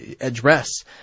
address